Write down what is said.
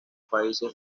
países